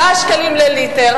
7 שקלים לליטר.